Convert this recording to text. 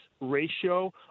ratio